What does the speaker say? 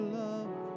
love